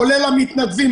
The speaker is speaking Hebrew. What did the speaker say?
כולל המתנדבים,